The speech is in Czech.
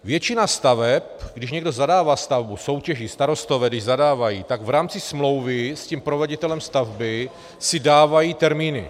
Většina staveb když někdo zadává stavbu, soutěží, starostové když zadávají, tak v rámci smlouvy s tím proveditelem stavby si dávají termíny.